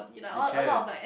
it can